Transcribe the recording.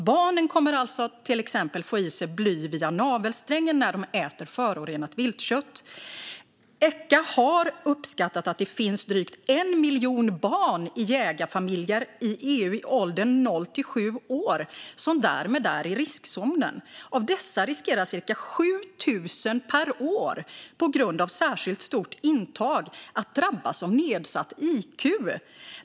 Barnen kommer alltså att få i sig bly via navelsträngen när de äter förorenat viltkött. Echa har uppskattat att det finns drygt 1 miljon barn i åldrarna 0-7 år i jägarfamiljer i EU som därmed är i riskzonen. Av dessa riskerar cirka 7 000 per år att drabbas av nedsatt IQ på grund av särskilt stort intag av bly.